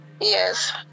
Yes